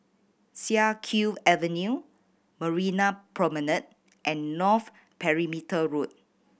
Siak Kew Avenue Marina Promenade and North Perimeter Road